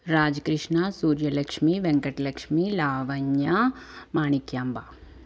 Raj Krishna Surya Lakshmi Venkata Lakshmi Lavanya Manikyamba